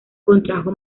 contrajo